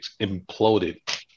imploded